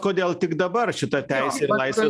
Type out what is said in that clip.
kodėl tik dabar šita teisė ir laisvė